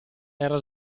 era